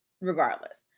regardless